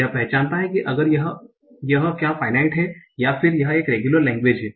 यह पहचानता है कि अगर यह क्या फाइनाइट है या फिर यह 1 रेगुलर लेंगवेज है